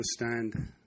understand